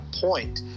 point